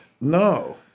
No